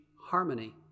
harmony